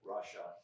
Russia